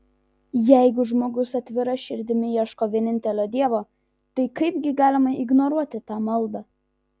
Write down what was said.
jeigu žmogus atvira širdimi ieško vienintelio dievo tai kaipgi galime ignoruoti tą maldą